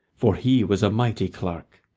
for he was a mighty clerk,